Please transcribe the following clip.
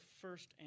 first